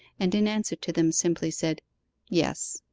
and in answer to them simply said yes.